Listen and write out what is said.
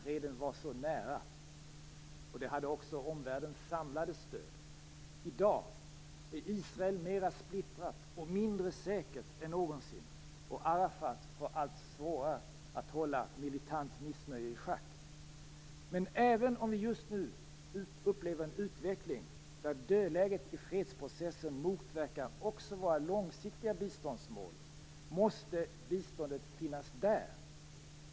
Freden var så nära, och den hade också omvärldens samlade stöd. I dag är Israel mer splittrat och mindre säkert än någonsin, och Arafat får allt svårare att hålla militant missnöje i schack. Men även om vi just nu upplever en utveckling där dödläget i fredsprocessen motverkar också våra långsiktiga biståndsmål måste biståndet finnas där.